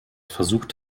versucht